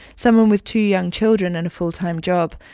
someone with two young children and a full-time job,